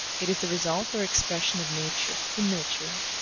it is the result or expression of nature, in miniature.